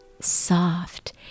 soft